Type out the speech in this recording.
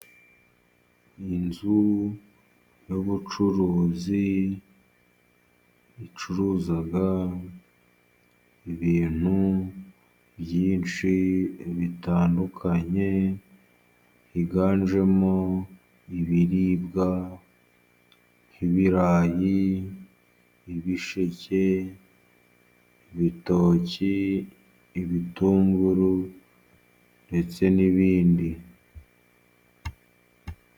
Inzu y'ubucuruzi icuruza ibintu byinshi bitandukanye, higanjemo ibiribwa nk'ibirayi, ibisheke, ibitoki, ibitunguru ndetse n'ibindi.